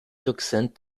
tocsin